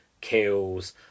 kills